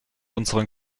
unseren